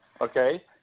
Okay